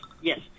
yes